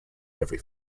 every